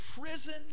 prison